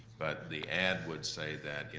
but the ad would say that,